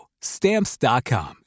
Stamps.com